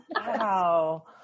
Wow